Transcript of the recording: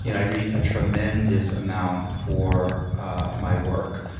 you know i read a tremendous amount for my work,